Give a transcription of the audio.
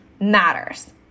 matters